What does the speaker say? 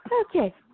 Okay